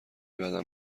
بدم